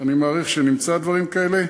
אני מעריך שנמצא דברים כאלה.